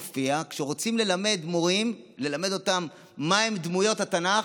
כשרוצים ללמד מורים מיהן דמויות התנ"ך,